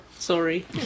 sorry